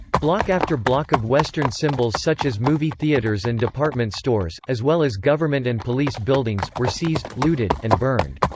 block after block of western symbols such as movie theaters and department stores, as well as government and police buildings, were seized, looted, and burned.